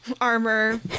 armor